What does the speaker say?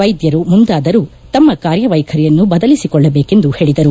ವೈದ್ಯರು ಮುಂದಾದರೂ ತಮ್ಮ ಕಾರ್ಯವೈಖರಿಯನ್ನು ಬದಲಿಸಿಕೊಳ್ಳಬೇಕೆಂದು ಹೇಳಿದರು